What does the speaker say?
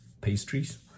pastries